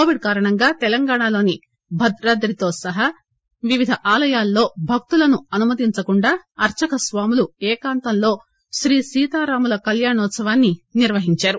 Covid కారణంగా తెలంగాణలోని భద్రాద్రి సహా వివిధ ఆలయాల్వో భక్తులను అనుమతించకుండా అర్చక స్వాములు ఏకాంతంలో శ్రీ సీతారాముల కళ్యాణోత్పవాన్ని నిర్వహించారు